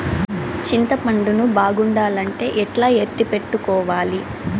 చింతపండు ను బాగుండాలంటే ఎట్లా ఎత్తిపెట్టుకోవాలి?